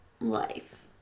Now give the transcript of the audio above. life